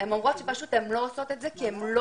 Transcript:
הן אומרות שהן לא עושות זאת כי הן לא